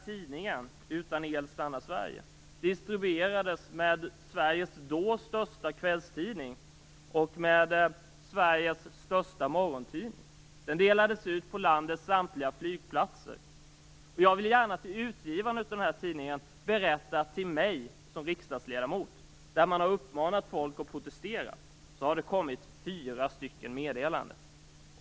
Tidningen Utan el stannar Sverige distribuerades med Sveriges då största kvällstidning och största morgontidning. Den delades ut på landets samtliga flygplatser. Folk har uppmanats att protestera till t.ex. mig som riksdagsledamot. Jag vill gärna berätta för utgivarna att det har kommit fyra stycken meddelanden.